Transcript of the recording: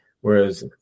whereas